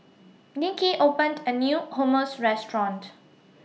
Nikki opened A New Hummus Restaurant